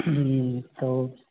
તો